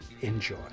Enjoy